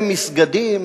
הם מסגדים,